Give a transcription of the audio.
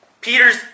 Peter's